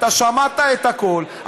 אתה שמעת את הכול,